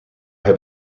heb